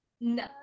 No